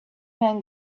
man